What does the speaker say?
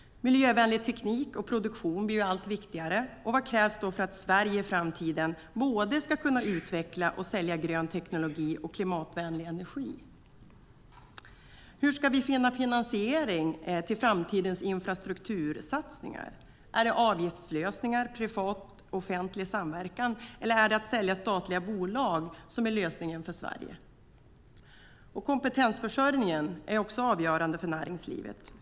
Miljövänlig teknik och produktion blir allt viktigare. Vad krävs för att Sverige i framtiden både ska kunna utveckla och sälja grön teknologi och klimatvänlig energi? Hur ska vi finna finansiering till framtidens infrastruktursatsningar? Är det avgiftslösningar, privat-offentlig samverkan eller att sälja statliga bolag som är lösningen för Sverige? Kompetensförsörjningen är också avgörande för näringslivet.